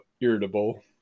irritable